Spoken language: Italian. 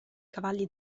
cavalli